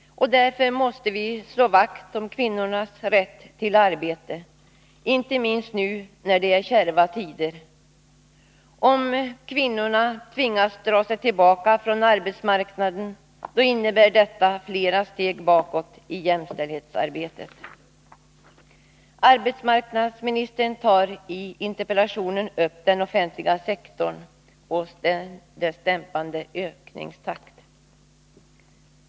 Därför måste vi slå vakt om kvinnornas rätt till arbete, inte minst nu när det är kärva tider. Om kvinnorna tvingas dra sig tillbaka från arbetsmarknaden innebär detta flera steg bakåt i jämställdhetsarbetet. Arbetsmarknadsministern tar i interpellationssvaret upp den offentliga sektorn och dess dämpade ökningstakt.